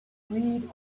read